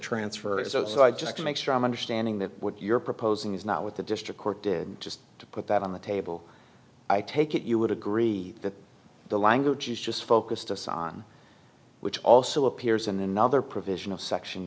transfer and so so i just to make sure i'm understanding that what you're proposing is not what the district court did and just to put that on the table i take it you would agree that the language is just focused us on which also appears in another provision of section